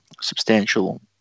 substantial